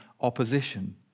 opposition